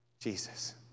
Jesus